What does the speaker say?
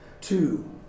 Two